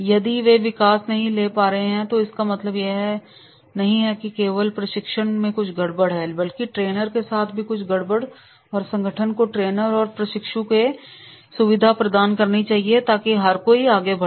यदि वे विकास नहीं ले पा रहे हैं तो इसका मतलब है कि न केवल प्रशिक्षण में कुछ गड़बड़ है बल्कि ट्रेनर के साथ भी कुछ गड़बड़ है और संगठन को ट्रेनर और प्रशिक्षु की सुविधा प्रदान करनी चाहिए ताकि हर कोई बढ़े